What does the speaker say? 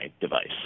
device